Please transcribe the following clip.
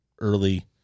early –